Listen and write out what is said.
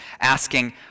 asking